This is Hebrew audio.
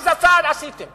איזה צעד עשיתם